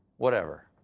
whatever.